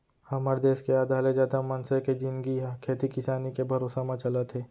हमर देस के आधा ले जादा मनसे के जिनगी ह खेती किसानी के भरोसा म चलत हे